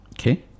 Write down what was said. okay